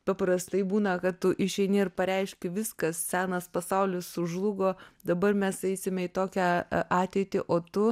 paprastai būna kad tu išeini ir pareiški viskas senas pasaulis sužlugo dabar mes eisime į tokią ateitį o tu